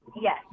Yes